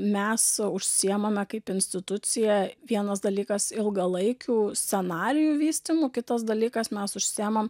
mes užsiimame kaip institucija vienas dalykas ilgalaikių scenarijų vystymu kitas dalykas mes užsiimam